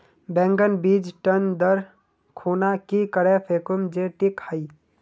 बैगन बीज टन दर खुना की करे फेकुम जे टिक हाई?